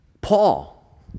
Paul